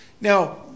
now